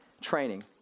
training